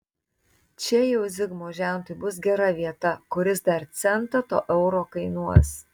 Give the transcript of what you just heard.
čia jau zigmo žentui bus gera vieta kuris dar centą to euro kainuos